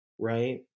right